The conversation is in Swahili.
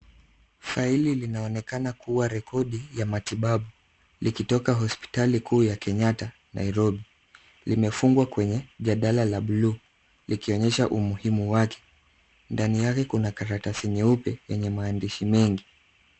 Faili linaonekana kuwa rekodi ya matibabu, likitoka hospitali kuu ya Kenyatta, Nairobi. Limefungwa kwenye jadala la bluu, likionyesha umuhimu wake. Ndani yake kuna karatasi nyeupe yenye maandishi mengi.